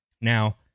now